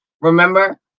Remember